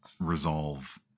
resolve